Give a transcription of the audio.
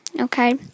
okay